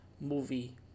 movie